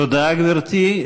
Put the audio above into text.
תודה, גברתי.